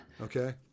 Okay